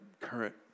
current